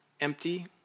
empty